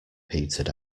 petered